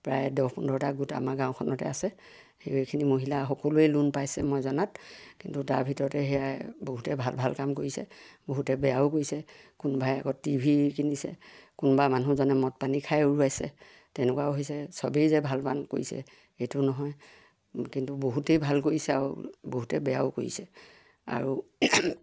প্ৰায় দহ পোন্ধৰটা গোট আমাৰ গাঁওখনতে আছে সেইখিনি মহিলা সকলোৱে লোন পাইছে মই জনাত কিন্তু তাৰ ভিতৰতে সেয়াই বহুতে ভাল ভাল কাম কৰিছে বহুতে বেয়াও কৰিছে কোনোবাই আকৌ টি ভি কিনিছে কোনোবা মানুহজনে মদ পানী খাই উৰুৱাইছে তেনেকুৱাও হৈছে চবেই যে ভাল কাম কৰিছে এইটো নহয় কিন্তু বহুতেই ভাল কৰিছে আৰু বহুতে বেয়াও কৰিছে আৰু